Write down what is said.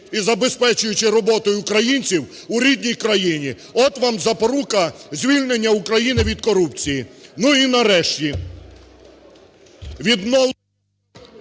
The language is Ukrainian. і забезпечуючи роботою українців в рідній країні. От вам запорука звільнення України від корупції! Ну, і, нарешті… ГОЛОВУЮЧИЙ.